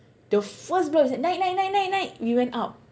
the first guy said naik naik naik naik we went out